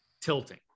tilting